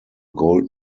gold